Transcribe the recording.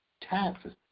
taxes